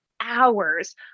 hours